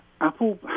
Apple